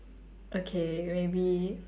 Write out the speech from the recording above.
okay maybe